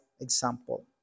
example